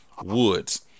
Woods